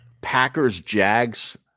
Packers-Jags